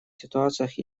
ситуациях